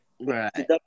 Right